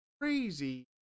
crazy